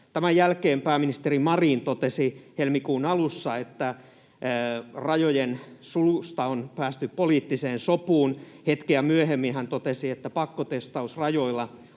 Tämän jälkeen pääministeri Marin totesi helmikuun alussa, että rajojen sulusta on päästy poliittiseen sopuun. Hetkeä myöhemmin hän totesi, että pakkotestaus rajoilla